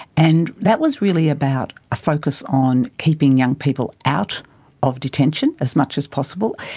and that was really about a focus on keeping young people out of detention as much as possible.